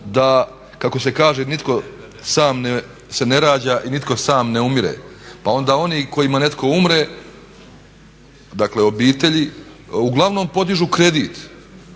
da kako se kaže nitko sam se ne rađa i nitko sam ne umire, pa onda oni kojima netko umre dakle obitelji, uglavnom podižu kredite